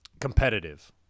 competitive